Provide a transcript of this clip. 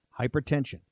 Hypertension